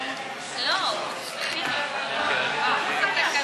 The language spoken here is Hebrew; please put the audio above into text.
חוק לתיקון פקודת מס